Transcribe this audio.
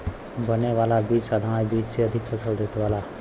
बने वाला बीज साधारण बीज से अधिका फसल देवेला